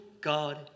God